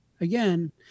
again